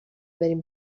بریم